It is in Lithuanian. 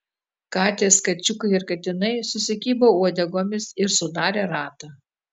katės kačiukai ir katinai susikibo uodegomis ir sudarė ratą